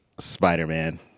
spider-man